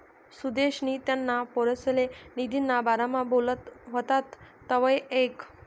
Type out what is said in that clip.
सुदेशनी त्याना पोरसले निधीना बारामा बोलत व्हतात तवंय ऐकं